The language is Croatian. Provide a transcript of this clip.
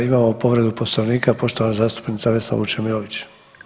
Imamo povredu Poslovnika, poštovana zastupnica Vesna Vučemilović.